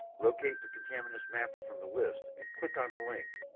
locate the contaminants mapper from the list and click on the link.